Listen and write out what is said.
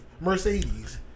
Mercedes